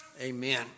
Amen